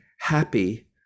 happy